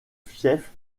fief